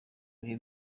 bihe